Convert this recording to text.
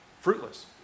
fruitless